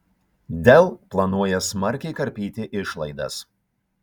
dell planuoja smarkiai karpyti išlaidas